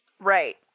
Right